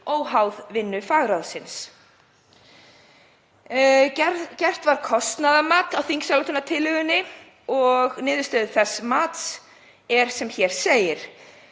óháð vinnu fagráðsins. Gert var kostnaðarmat á þingsályktunartillögunni og niðurstöður þess mats eru sem hér segir: